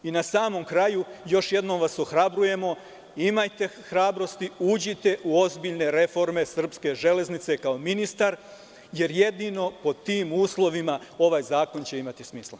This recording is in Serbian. I na samom kraju, još jednom vas ohrabrujemo, imajte hrabrosti, uđite u ozbiljne reforme Srpske železnice kao ministar, jer jedino pod tim uslovima ovaj zakon će imati smisla.